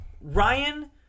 Ryan